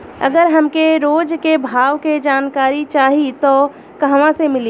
अगर हमके रोज के भाव के जानकारी चाही त कहवा से मिली?